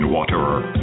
Waterer